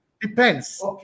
Depends